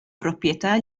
proprjetà